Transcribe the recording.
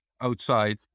outside